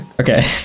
Okay